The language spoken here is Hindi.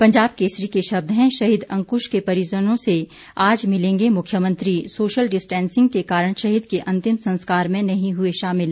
पंजाब केसरी के शब्द हैं शहीद अंक्श के परिजनों से आज मिलेंगे मुख्यमंत्री सोशल डिस्टैंसिंग के कारण शहीद के अंतिम संस्कार में नहीं हुए शामिल